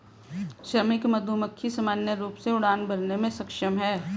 श्रमिक मधुमक्खी सामान्य रूप से उड़ान भरने में सक्षम हैं